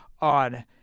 on